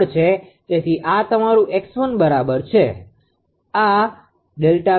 તેથી આ તમારું 𝑥1 બરાબર છે આ Δ𝑃𝑔 ખરેખર તમારું 𝑥2 છે